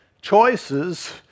choices—